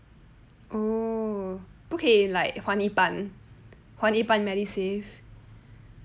oh okay 不可以 like 还一半 ah 还一半 medisave